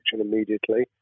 immediately